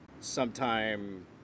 sometime